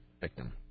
victim